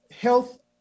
health